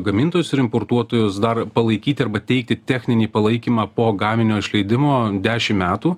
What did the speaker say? gamintojus ir importuotojus dar palaikyti arba teikti techninį palaikymą po gaminio išleidimo dešim metų